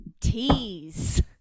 teas